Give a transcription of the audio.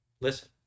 listen